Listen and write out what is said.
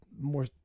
more